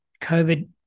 COVID